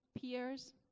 peers